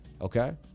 Okay